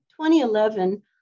2011